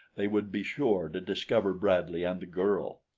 they would be sure to discover bradley and the girl.